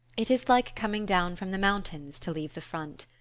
it is like coming down from the mountains to leave the front.